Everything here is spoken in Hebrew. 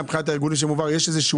מבחינת הארגון שמעביר אותו,